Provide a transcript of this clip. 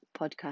podcast